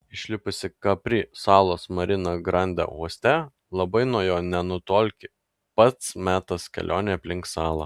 išlipusi kapri salos marina grande uoste labai nuo jo nenutolki pats metas kelionei aplink salą